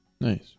Nice